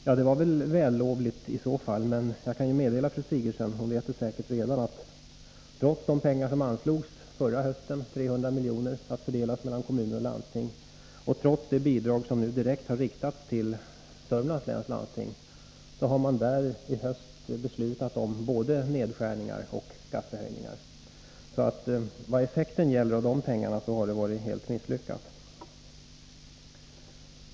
Syftet var i så fall vällovligt, men jag kan meddela fru Sigurdsen — hon vet det säkert redan — att trots de medel som anslogs förra hösten, 300 milj.kr. att fördelas mellan kommuner och landsting, och trots det bidrag som nu direkt har riktats till Södermanlands läns landsting, har man i höst beslutat om både nedskärningar och skattehöjningar. Effekten av dessa medel har alltså helt uteblivit.